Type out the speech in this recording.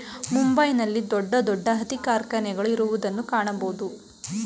ಮುಂಬೈ ನಲ್ಲಿ ದೊಡ್ಡ ದೊಡ್ಡ ಹತ್ತಿ ಕಾರ್ಖಾನೆಗಳು ಇರುವುದನ್ನು ಕಾಣಬೋದು